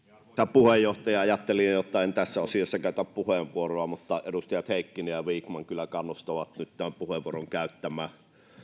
puheenjohtaja ajattelin että en tässä osiossa käytä puheenvuoroa mutta edustajat heikkinen ja vikman kyllä kannustavat nyt tämän puheenvuoron käyttämään